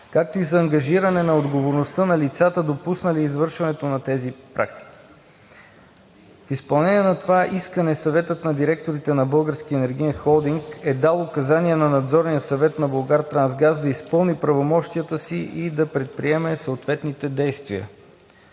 както и за ангажиране на отговорността на лицата, допуснали извършването на тези практики. В изпълнение на това искане Съветът на директорите на Българския енергиен холдинг е дал указания на Надзорния съвет на „Булгартрансгаз“ да изпълни правомощията си и да предприеме съответните действия.